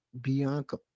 Bianca